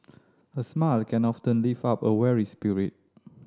a smile can often lift up a weary spirit